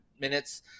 minutes